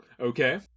Okay